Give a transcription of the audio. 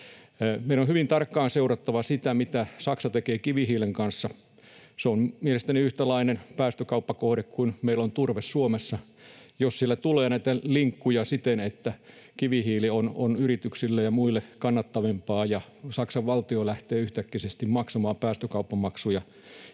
Meidän on hyvin tarkkaan seurattava, mitä Saksa tekee kivihiilen kanssa. Se on mielestäni yhtäläinen päästökauppakohde kuin meillä on turve Suomessa. Jos siellä tulee näitä linkkuja siten, että kivihiili on yrityksille ja muille kannattavampaa ja Saksan valtio lähtee yhtäkkisesti maksamaan päästökauppamaksuja,